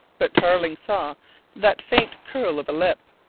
but tarling saw that faint curl of lip,